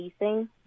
leasing